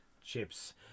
chips